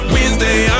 Wednesday